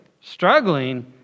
struggling